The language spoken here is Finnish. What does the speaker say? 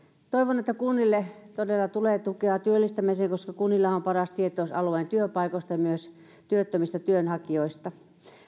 toivon että kunnille todella tulee tukea työllistämiseen koska kunnillahan on paras tietous alueen työpaikoista ja myös työttömistä työnhakijoista